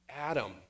Adam